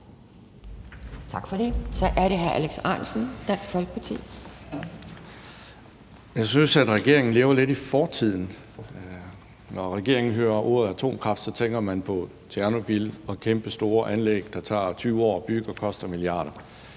Jeg synes, at regeringen lever lidt i fortiden. Når regeringen hører ordet atomkraft, tænker man på Tjernobyl og kæmpestore anlæg, der tager 20 år at bygge og koster milliarder.